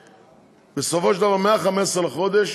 בסופו של דבר, מ-15 לחודש